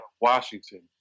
Washington